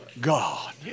God